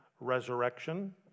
resurrection